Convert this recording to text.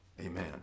amen